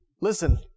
listen